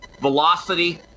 velocity